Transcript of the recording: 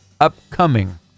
upcoming